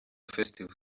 festival